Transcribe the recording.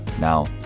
Now